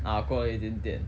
uh 过了一点点